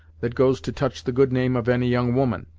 that goes to touch the good name of any young woman,